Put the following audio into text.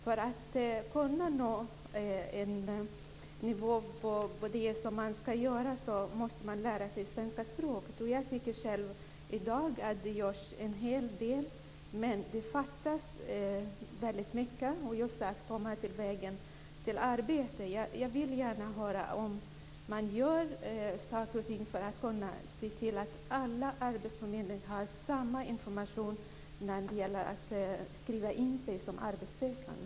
För att kunna nå en nivå på det som man ska göra måste man lära sig svenska språket. Jag tycker själv att det görs en hel del i dag, men det fattas väldigt mycket för att nå vägen till arbete. Jag vill gärna höra om det görs saker och ting för att se till att alla arbetsförmedlingar har samma information när det gäller att skriva in sig som arbetssökande.